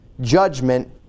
judgment